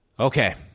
Okay